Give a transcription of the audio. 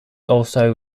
also